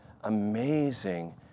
amazing